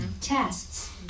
tests